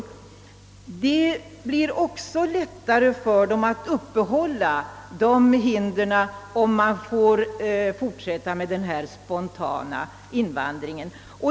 Det blir också lättare för arbetsgivare att upprätthålla dessa hinder, om den spontana invandringen får fortsätta.